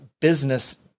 business